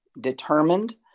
determined